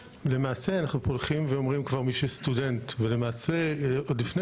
למעשה יש את מי שאמורים ללמוד כסטודנטים עוד לפני